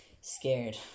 scared